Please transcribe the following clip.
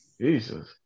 Jesus